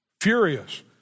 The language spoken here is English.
furious